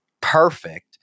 perfect